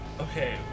Okay